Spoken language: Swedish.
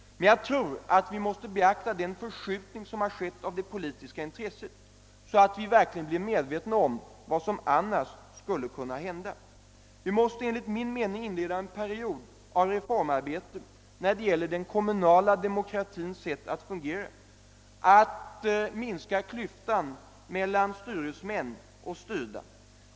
Däremot måste vi beakta den förskjutning av det politiska intresset som har skett, så att vi verkligen blir medvetna om vad som annars skulle kunna hända. Vi måste enligt min mening inleda en period av reformarbete när det gäller den kommunala demokratins sätt att fungera för att minska klyftan mellan styresmän och styrda.